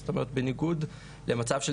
זאת אומרת, בניגוד למצב של